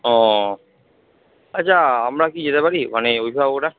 ও আচ্ছা আমরা কি যেতে পারি মানে অভিভাবকরা